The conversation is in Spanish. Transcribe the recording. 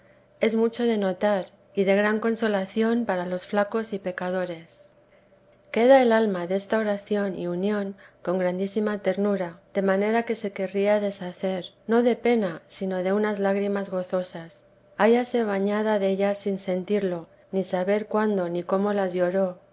es mucho de notar y de gran consolación para los flacos y pecadores queda el alma desta oración y unión con grandísima ternura de manera que se querría deshacer no de pena sino de unas lágrimas gozosas hállase bañada dellas sin sentirlo ni saber cuándo ni cómo las lloró